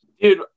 Dude